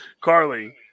Carly